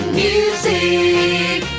music